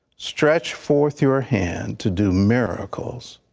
stretch forth your hand to do miracles.